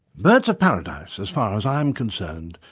birds of paradise, as far as i'm concerned,